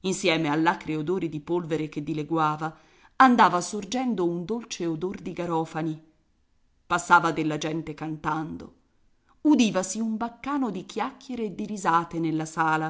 insieme all'acre odore di polvere che dileguava andava sorgendo un dolce odor di garofani passava della gente cantando udivasi un baccano di chiacchiere e di risate nella sala